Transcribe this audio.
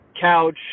couch